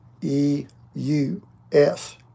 E-U-S